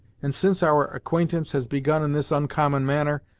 and since our acquaintance has begun in this oncommon manner,